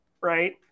right